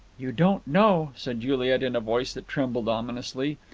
you don't know, said juliet in a voice that trembled ominously.